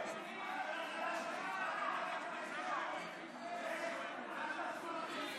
לך תצטלם עם הרב מאזוז,